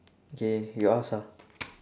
okay you ask ah